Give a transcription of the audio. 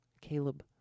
Caleb